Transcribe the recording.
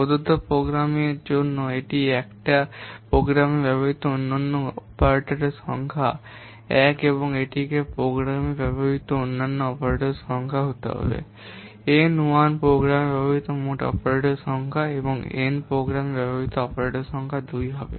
প্রদত্ত প্রোগ্রামের জন্য এটা 1 এ প্রোগ্রামে ব্যবহৃত অনন্য অপারেটরগুলির সংখ্যা 1 এবং এটিকে প্রোগ্রামে ব্যবহৃত অনন্য অপারেটরের সংখ্যা হতে হবে N 1 প্রোগ্রামে ব্যবহৃত মোট অপারেটরগুলির সংখ্যা এবং N প্রোগ্রামে ব্যবহৃত অপারেটরের সংখ্যা 2 হবে